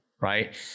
right